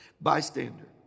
bystander